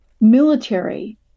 military